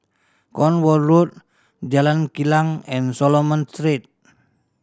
Cornwall Road Jalan Kilang and Solomon Street